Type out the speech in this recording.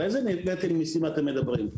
על איזה נטל מיסים אתם מדברים?